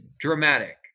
dramatic